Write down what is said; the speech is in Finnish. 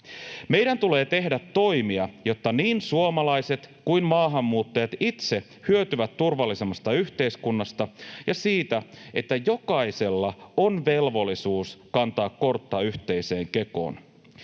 Meidän tulee tehdä toimia, jotta niin suomalaiset kuin maahanmuuttajat itse hyötyvät turvallisemmasta yhteiskunnasta ja siitä, että jokaisella on velvollisuus kantaa kortta yhteiseen kekoon.